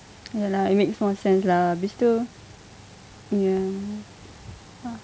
ya lah it makes more sense lah habis itu ya